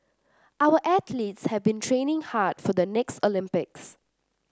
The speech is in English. our athletes have been training hard for the next Olympics